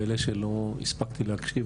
ולאלה שלא הספקתי להקשיב,